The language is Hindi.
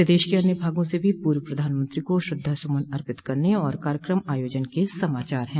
प्रदेश के अन्य भागों से भी पूर्व प्रधानमंत्री को श्रद्धासुमन अर्पित करने और कार्यकम आयोजन के समाचार हैं